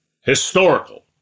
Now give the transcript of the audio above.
historical